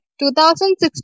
2016